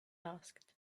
asked